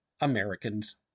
Americans